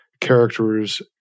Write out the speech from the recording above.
characters